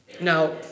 Now